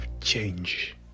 change